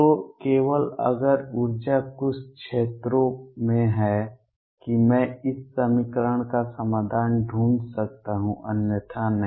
तो केवल अगर ऊर्जा कुछ क्षेत्रों में है कि मैं इस समीकरण का समाधान ढूंढ सकता हूं अन्यथा नहीं